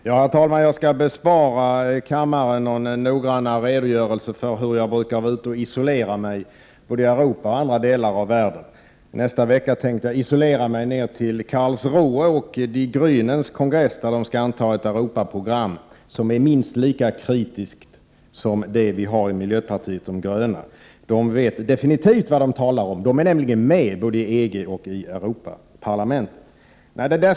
Herr talman! Jag skall bespara kammaren en noggrannare redogörelse för hur jag brukar vara ute och ”isolera mig” i både Europa och andra delar av världen. Nästa vecka tänker jag isolera mig ner till Karlsruhe och Die Griänens kongress. De skall anta ett Europaprogram som är minst lika kritiskt som det som vi har i miljöpartiet De gröna. De vet definitivt vad de talar om. De är nämligen med både i EG och i Europaparlamentet.